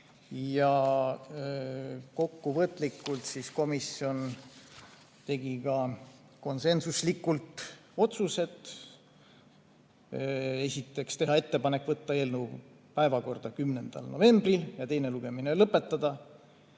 Kokkuvõtlikult: komisjon tegi konsensuslikult otsused. Esiteks otsustati teha ettepanek võtta eelnõu päevakorda 10. novembriks ja teine lugemine lõpetada.